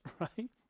right